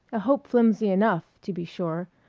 a hope flimsy enough, to be sure,